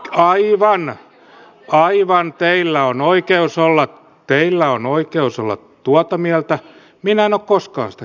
aivan aivan teillä on oikeus olla tuota mieltä minä en ole koskaan sitä kieltänyt